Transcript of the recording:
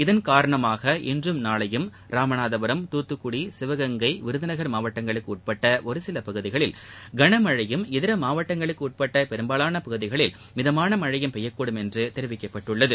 இதன் காரணமாக இன்றும் நாளையும் ராமநாதபுரம் தூத்துக்குடி சிவகங்கை விருதுநகர் மாவட்டங்களுக்கு உட்பட்ட ஒரு சில பகுதிகளில் கனமழையும் இதர மாவட்டங்களுக்கு உட்பட்ட பெரும்பாலான பகுதிகளில் மிதமான மழையும் பெய்யக்கூடும் என்று தெரிவிக்கப்பட்டுள்ளது